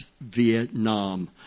Vietnam